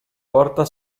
porta